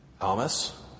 Thomas